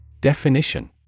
Definition